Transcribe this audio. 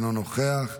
אינו נוכח,